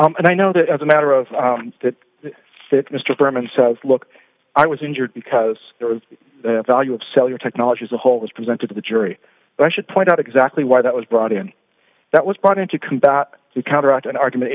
and i know that as a matter of that fit mr berman says look i was injured because there was a value of cellular technology as a whole was presented to the jury and i should point out exactly why that was brought in that was brought in to combat to counteract an argument